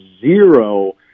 zero